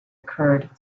occured